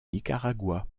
nicaragua